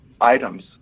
items